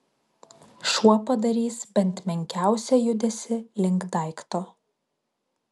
šuo padarys bent menkiausią judesį link daikto